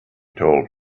told